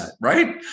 right